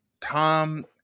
Tom